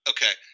Okay